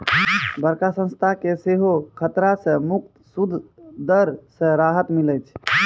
बड़का संस्था के सेहो खतरा से मुक्त सूद दर से राहत मिलै छै